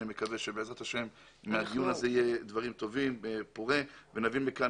אני מקווה שבעזרת השם בדיון הזה יהיו דברים טובים ויהיה פורה ונבין מכאן